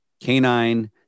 canine